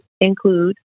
include